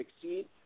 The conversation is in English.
succeed